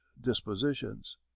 dispositions